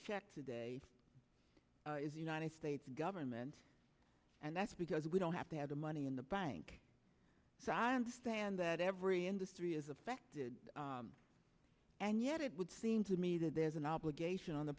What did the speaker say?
check today is the united states government and that's because we don't have to have the money in the bank so i understand that every industry is affected and yet it would seem to me that there's an obligation on the